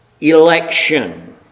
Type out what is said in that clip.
election